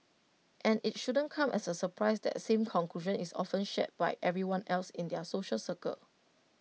and IT shouldn't come as A surprise that same conclusion is often shared by everyone else in their social circle